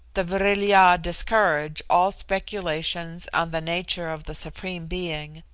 the vril-ya discourage all speculations on the nature of the supreme being,